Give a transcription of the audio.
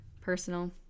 Personal